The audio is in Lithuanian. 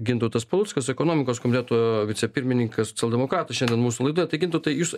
gintautas paluckas ekonomikos komiteto vicepirmininkas socialdemokratų šiandien mūsų laidoj tai gintautai jūs